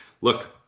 look